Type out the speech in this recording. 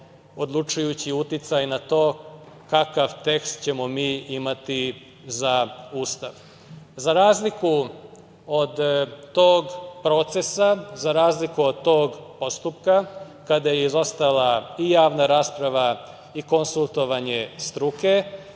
odlučujući uticaj na to kakav tekst ćemo mi imati za Ustav.Za razliku od tog procesa, za razliku od tog postupka, kada je izostala i javna rasprava i konsultovanje struke,